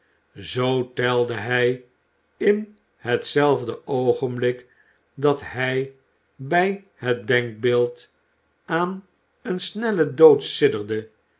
zoo telde hij in hetzelfde oogenblik dat hij bij het denkbeeld aan een snellen dood